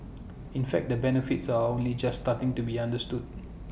in fact the benefits are only just starting to be understood